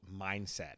mindset